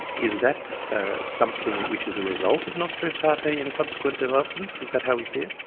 is that ah something which is a result of nostra aetate and subsequent developments? is that how we see it?